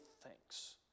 thanks